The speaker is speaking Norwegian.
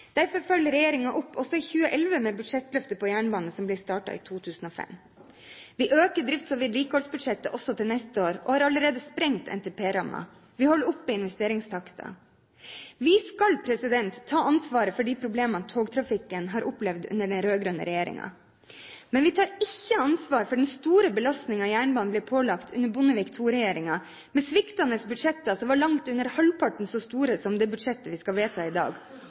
Derfor følger regjeringen også i 2011 opp budsjettløftet for jernbanen, som ble startet i 2005. Vi øker drifts- og vedlikeholdsbudsjettet også neste år og har allerede sprengt NTP-rammen. Vi opprettholder investeringstakten. Vi skal ta ansvar for de problemene togtrafikken har opplevd under den rød-grønne regjeringen, men vi tar ikke ansvar for den store belastningen jernbanen ble påført under Bondevik II-regjeringen, med sviktende budsjetter – som var langt under halvparten så store som det budsjettet vi skal vedta i dag